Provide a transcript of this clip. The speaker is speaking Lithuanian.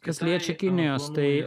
kas liečia kinijos tai